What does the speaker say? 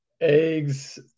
eggs